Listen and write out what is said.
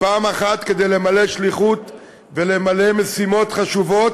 גם כדי למלא שליחות ולמלא משימות חשובות